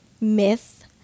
myth